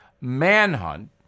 manhunt